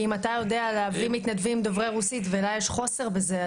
כי אם אתה יודע להביא מתנדבים דוברי רוסית ולה יש חוסר בזה,